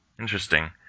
Interesting